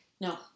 No